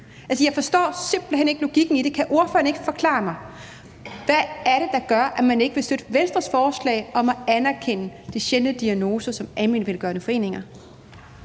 jeg forstår simpelt hen ikke logikken i det. Kan ordføreren ikke forklare mig, hvad det er, der gør, at man ikke vil støtte Venstres forslag om at anerkende foreninger for sjældne diagnoser som almenvelgørende foreninger?